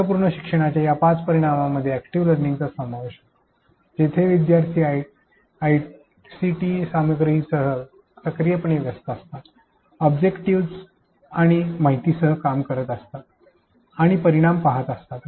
अर्थपूर्ण शिक्षणाच्या या पाच परिमाणांमध्ये अॅक्टिव लर्निंगचा समावेश होते जिथे विद्यार्थी आयसीटी सामग्रीसह सक्रियपणे व्यस्त असतात ऑब्जेक्ट्स आणि माहितीसह काम करीत असतात आणि परिणाम पाहत असतात